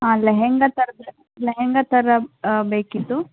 ಹಾಂ ಲೆಹೆಂಗಾ ಥರದ್ದೇ ಲೆಹೆಂಗಾ ಥರ ಬೇಕಿತ್ತು